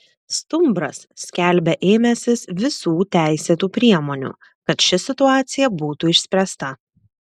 stumbras skelbia ėmęsis visų teisėtų priemonių kad ši situacija būtų išspręsta